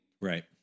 Right